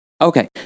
Okay